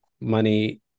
money